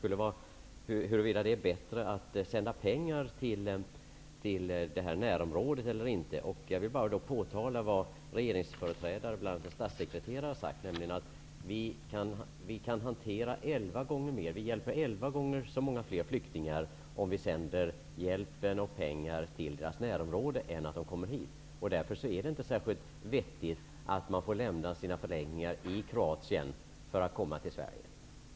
Frågan är huruvida det är bättre att sända pengar till närområdet. Jag vill peka på vad regeringsföreträdare, bl.a. en statssekreterare, har sagt. Elva gånger så många flyktingar kan hjälpas om hjälpen och pengarna sänds till deras närområde än om de kommer hit. Därför är det inte särskilt vettigt att de får lämna förläggningar i Kroatien för att komma till Sverige.